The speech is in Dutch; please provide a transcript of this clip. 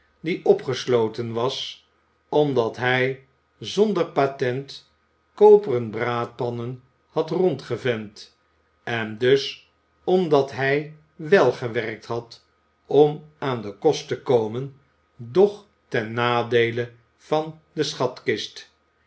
die opgesloten was omdat hij zonder patent koperen braadpannen had rondgevent en dus omdat hij wel gewerkt had om aan den kost te komen doch ten nadeele van de schatkist